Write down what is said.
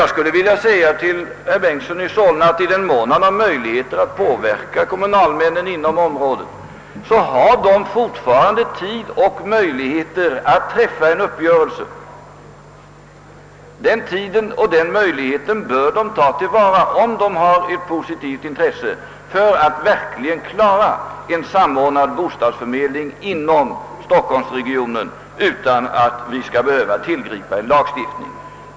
Jag skulle dock vilja säga till herr Bengtson i Solna, att i den mån som han kan påverka kommunalmännen inom området så finns det fortfarande tid och möjligheter att träffa en uppgörelse. Den tiden och de möjligheterna bör kommunalmännen tillvarata, om de har ett positivt intresse att verkligen åstadkomma en samordnad bostadsförmedling inom storstockholmsregionen utan att vi skall behöva tillgripa lagstiftning.